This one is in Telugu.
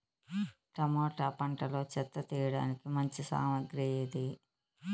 టమోటా పంటలో చెత్త తీయడానికి మంచి సామగ్రి ఏది?